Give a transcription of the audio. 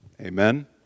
Amen